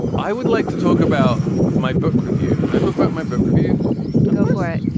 i would like to talk about my book review. and i talk about my book review go for it.